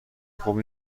خوب